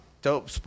Dope